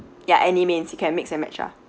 ya any mains you can mix and match ah